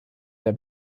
der